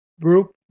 group